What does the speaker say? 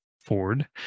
Ford